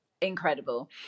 incredible